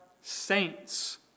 saints